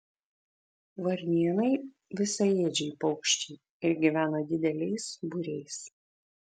varnėnai visaėdžiai paukščiai ir gyvena dideliais būriais